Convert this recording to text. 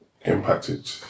impacted